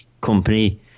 company